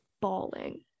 bawling